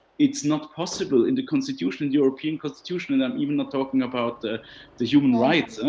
it's not possible in the constitution, in the european constitution. and i'm even not talking about the the human rights,